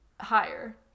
higher